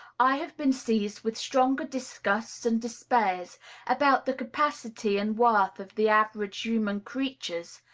i have been seized with stronger disgusts and despairs about the capacity and worth of the average human creature,